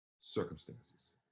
circumstances